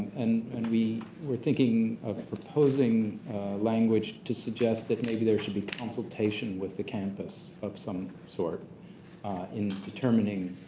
and and we were thinking of proposing language to suggest that maybe there should be consultation with the campus of some sort in determining,